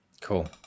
Cool